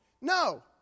No